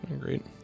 Great